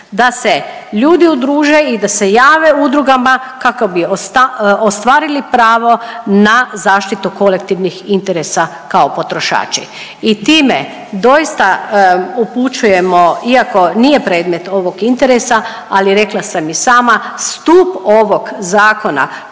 da se ljudi udruže i da se jave udrugama kako bi ostvarili pravo na zaštitu kolektivnih interesa kao potrošači. I time doista upućujemo iako nije predmet ovog interesa, ali rekla sam i sama stup ovog zakona